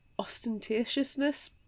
ostentatiousness